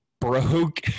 broke